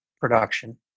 production